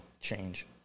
change